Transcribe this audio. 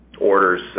orders